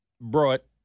Brought